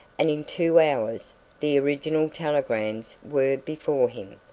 and in two hours the original telegrams were before him.